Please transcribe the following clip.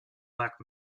black